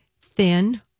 thin